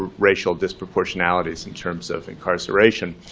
racial disproportionalities in terms of incarceration,